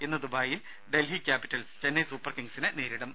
ഇന്ന് ദുബായിൽ Delhi capitals Chennai super കിങ്സിനെ നേരിടും